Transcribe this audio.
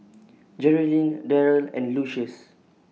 Geralyn Deryl and Lucius